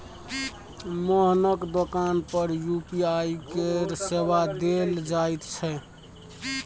मोहनक दोकान पर यू.पी.आई केर सेवा देल जाइत छै